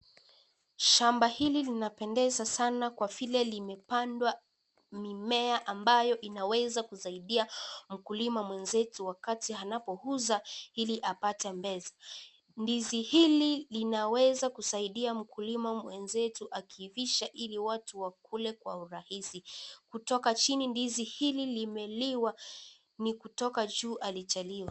Shamba hili linapendeza sana kwa vile limepandwa mimiea ambayo inaweza kusaidia, mkulima mwenzetu, wakati anapouza ,ili apate pesa. Ndizi hili linaweza kusaidia mkulima mwenzetu akiivisha ,ili watu wakule kwa urahisi. Kutoka chini, ndizi hili limeliwa, ni kutoka juu halijaliwa.